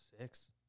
Six